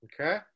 Okay